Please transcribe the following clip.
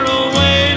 away